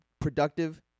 productive